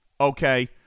okay